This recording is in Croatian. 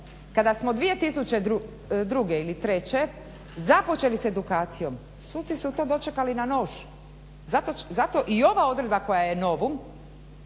kada smo 2002. ili 2003. započeli s edukacijom suci su to dočekali na nož, zato i ova odredba koja je novo,